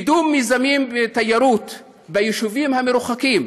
קידום מיזמי תיירות ביישובים המרוחקים,